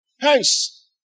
Hence